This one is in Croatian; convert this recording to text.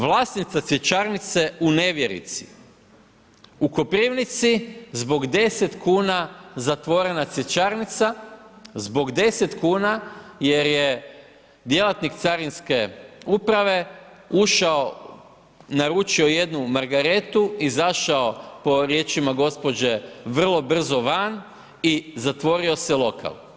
Vlasnica cvjećarnice u nevjerici, u Koprivnici zbog 10 kuna zatvorena cvjećarnica, zbog 10 kuna jer je djelatnik carinske uprave ušao naručio jednu margaretu, izašao po riječima gospođe vrlo brzo van i zatvorio se lokal.